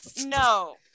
No